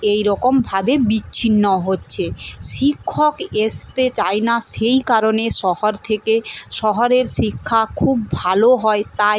এই রকমভাবে বিচ্ছিন্ন হচ্ছে শিক্ষক আসতে চায় না সেই কারণে শহর থেকে শহরের শিক্ষা খুব ভালো হয় তাই